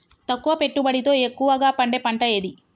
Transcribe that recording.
తక్కువ పెట్టుబడితో ఎక్కువగా పండే పంట ఏది?